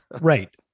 Right